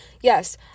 Yes